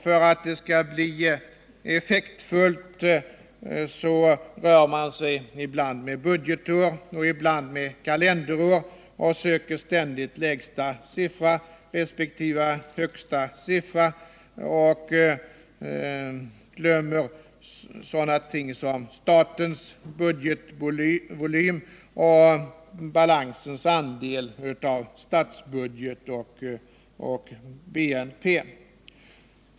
För att det skall bli effektfullt rör man sig ibland med budgetår, ibland med kalenderår, och söker ständigt lägsta siffra resp. högsta siffra men glömmer sådana ting som statens budgetvolym och balansens andel av statsbudget och BNP.